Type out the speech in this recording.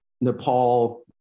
Nepal